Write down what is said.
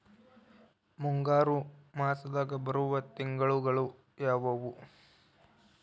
ಮುಂಗಾರು ಮಾಸದಾಗ ಬರುವ ತಿಂಗಳುಗಳ ಯಾವವು?